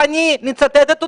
אני מצטטת אותך,